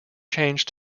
change